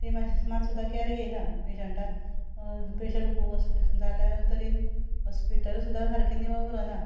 ती मात सुद्दां केयर घेयना पेशंटां पेशंट खूब जाल्या तरी हॉस्पिटल सुद्दां सारकें निवळ उरना